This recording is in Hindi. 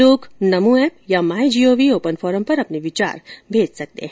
लोग नमो ऐप या माई जीओवी ओपन फोरम पर अपने विचार साझा कर सकते हैं